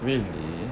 really